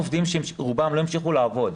רוב העובדים לא המשיכו לעבוד.